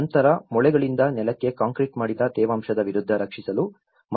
ನಂತರ ಮೊಳೆಗಳಿಂದ ನೆಲಕ್ಕೆ ಕಾಂಕ್ರೀಟ್ ಮಾಡಿದ ತೇವಾಂಶದ ವಿರುದ್ಧ ರಕ್ಷಿಸಲು ಮರದ ಕಾಲಮ್ಗಳನ್ನು ನೀಡಲಾಗುತ್ತದೆ